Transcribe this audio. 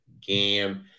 game